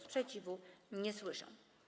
Sprzeciwu nie słyszę.